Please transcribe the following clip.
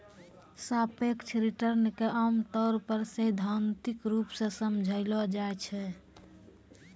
सापेक्ष रिटर्न क आमतौर पर सैद्धांतिक रूप सें समझलो जाय छै